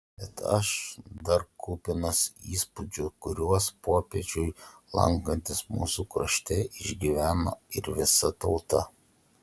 bet aš dar kupinas įspūdžių kuriuos popiežiui lankantis mūsų krašte išgyveno ir visa tauta